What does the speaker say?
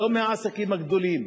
לא מהעסקים הגדולים,